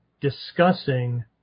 discussing